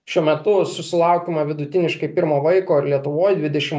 šiuo metu susilaukiama vidutiniškai pirmo vaiko ir lietuvoj dvidešim